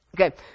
Okay